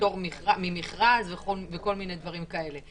פטור ממכרז וכל מיני דברים כאלה.